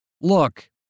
Look